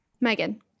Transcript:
Megan